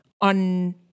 on